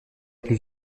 plus